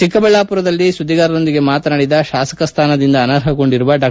ಚಿಕ್ಕಬಳ್ಳಾಮರದಲ್ಲಿ ಸುದ್ದಿಗಾರರೊಂದಿಗೆ ಮಾತನಾಡಿದ ಶಾಸಕ ಸ್ವಾನದಿಂದ ಅನರ್ಹಗೊಂಡಿರುವ ಡಾ